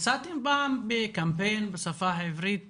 יצאתם פעם בקמפיין בשפה הערבית